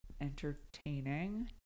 entertaining